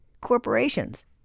corporations